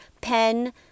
pen